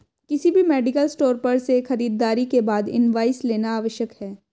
किसी भी medical store पर से खरीदारी के बाद इनवॉइस लेना आवश्यक है